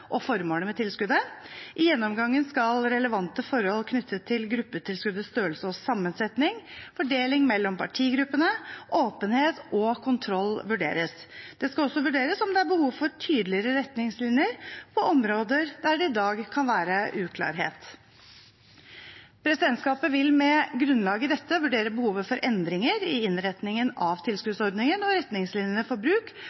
og formålet med tilskuddet. I gjennomgangen skal relevante forhold knyttet til gruppetilskuddets størrelse og sammensetning, fordeling mellom partigruppene, åpenhet og kontroll vurderes. Det skal også vurderes om det er behov for tydeligere retningslinjer på områder der det i dag kan være uklarhet. Presidentskapet vil med grunnlag i dette vurdere behovet for endringer i innretningen av